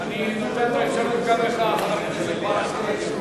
תהיה אפשרות גם לך, חבר הכנסת ברכה, אם